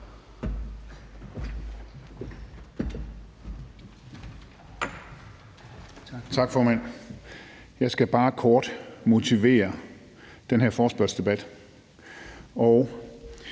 Tak, formand. Jeg skal bare kort motivere den her forespørgselsdebat.